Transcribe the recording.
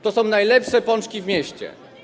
Tam są najlepsze pączki w mieście.